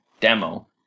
demo